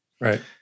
Right